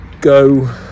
go